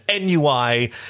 NUI